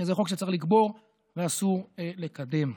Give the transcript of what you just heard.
שזה חוק שצריך לקבור ואסור לקדם.